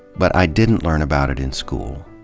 but i didn't learn about it in school.